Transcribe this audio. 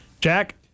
Jack